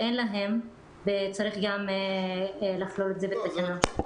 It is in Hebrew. וצריך לכלול את זה בתקנה.